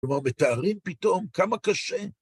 מתארים פתאום כמה קשה.